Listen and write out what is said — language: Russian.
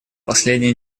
последнее